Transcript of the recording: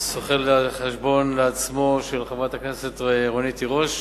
סוחר לחשבון עצמו), של חברת הכנסת רונית תירוש.